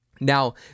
Now